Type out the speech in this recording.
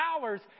hours